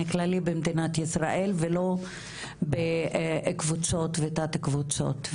כללי במדינת ישראל ולא בקבוצות ותת קבוצות,